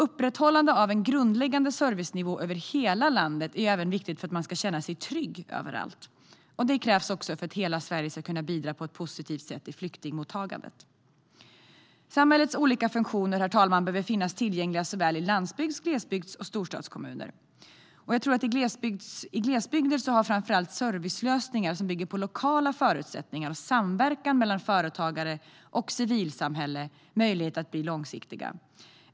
Upprätthållandet av en grundläggande servicenivå över hela landet är även viktigt för att man ska känna sig trygg överallt, och det krävs också för att hela Sverige ska kunna bidra till flyktingmottagandet på ett positivt sätt. Samhällets olika funktioner behöver finnas tillgängliga i såväl landsbygds och glesbygdskommuner som storstadskommuner, herr talman. I glesbygd tror jag att framför allt servicelösningar som bygger på lokala förutsättningar och samverkan mellan företagare och civilsamhälle har möjlighet att bli långsiktiga.